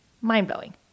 mind-blowing